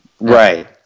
Right